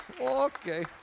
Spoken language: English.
Okay